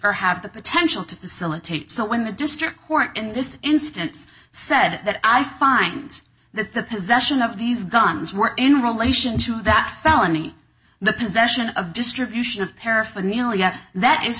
or have the potential to facilitate so when the district court in this instance said that i find that the possession of these guns were in relation to that felony the possession of distribution of paraphernalia that is